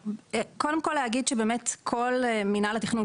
קודם כל להגיד שבאמת כל מינהל התכנון,